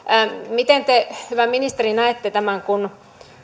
miten te hyvä ministeri näette tämän kun